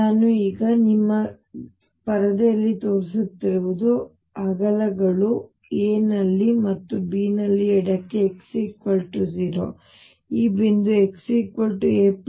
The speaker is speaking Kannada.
ನಾನು ಈಗ ನಿಮ್ಮ ಪರದೆಯಲ್ಲಿ ತೋರಿಸುತ್ತಿರುವುದು ಅಗಲಗಳು aನಲ್ಲಿ ಮತ್ತು bನಲ್ಲಿ ಎಡಕ್ಕೆ x 0 ಈ ಬಿಂದು x a b ಎತ್ತರ V